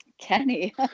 Kenny